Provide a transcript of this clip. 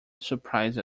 surprised